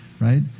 right